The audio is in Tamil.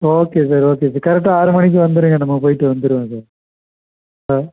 ஓகே சார் ஓகே சார் கரெக்டாக ஆறு மணிக்கு வந்துடுங்க நம்ம போய்விட்டு வந்துடுவோம் சார் ஆ